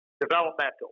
developmental